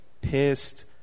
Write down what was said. pissed